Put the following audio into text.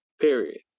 Period